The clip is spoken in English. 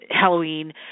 Halloween